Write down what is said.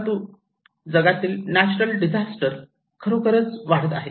परंतु जगातील natural disaster खरोखर वाढत आहे